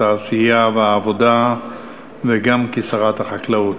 התעשייה והעבודה וגם כשרת החקלאות.